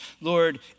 Lord